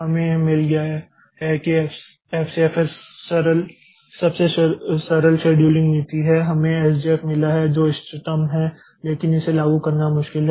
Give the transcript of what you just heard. हमें यह मिल गया है कि एफसीएफएस सबसे सरल शेड्यूलिंग नीति है हमें एसजेएफ मिला है जो इष्टतम है लेकिन इसे लागू करना मुश्किल है